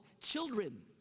children